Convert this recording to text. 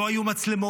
לא היו מצלמות,